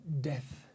death